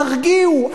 תרגיעו,